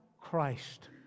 Christ